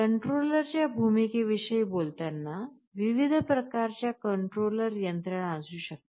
कंट्रोलरच्या भूमिके विषयी बोलताना विविध प्रकारच्या कंट्रोलर यंत्रणा असू शकतात